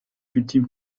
ultime